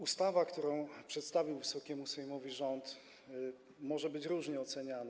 Ustawa, którą przedstawił Wysokiemu Sejmowi rząd, może być różnie oceniana.